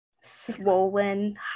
swollen